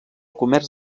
comerç